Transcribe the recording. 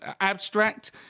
abstract